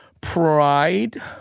pride